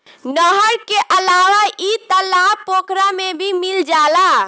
नहर के अलावा इ तालाब पोखरा में भी मिल जाला